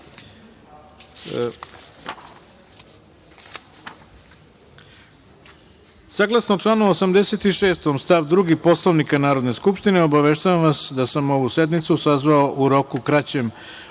članu 86. stav 2. Poslovnika Narodne skupštine, obaveštavam vas da sam ovu sednicu sazvao u roku kraćem